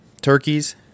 turkeys